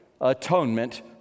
atonement